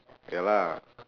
ya lah